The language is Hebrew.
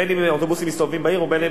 בין שאוטובוסים מסתובבים בעיר ובין,